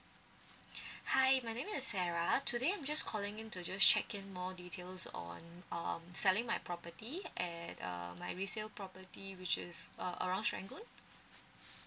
hi my name is sarah today I'm just calling in to just check in more details on um selling my property at um my resale property which is uh around serangoon